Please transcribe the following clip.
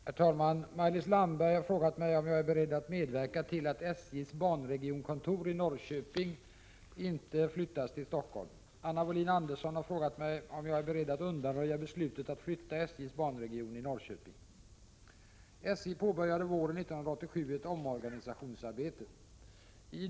Herr talman! Maj-Lis Landberg har frågat mig om jag är beredd att medverka till att SJ:s banregionkontor i Norrköping inte flyttas till Stockholm. Anna Wohlin-Andersson har frågat mig om jag är beredd att undanröja beslutet att flytta SJ:s banregion i Norrköping.